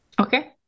Okay